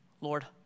Lord